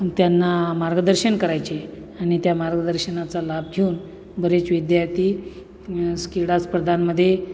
त्यांना मार्गदर्शन करायचे आणि त्या मार्गदर्शनाचा लाभ घेऊन बरेच विद्यार्थी क्रीडा स्पर्धांमध्ये